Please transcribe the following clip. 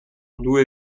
due